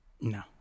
No